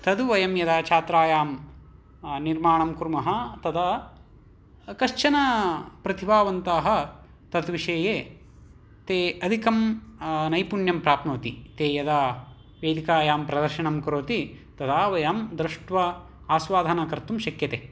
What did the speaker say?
तद्वयं यदा छात्रायां निर्माणं कुर्मः तदा कश्चन प्रतिभावन्ताः तद्विषये ते अधिकं नैपुण्यं प्राप्नोति ते यदा वेदिकायां प्रदर्शनं करोति तदा वयं दृष्ट्वा आस्वादना कर्तुं शक्यते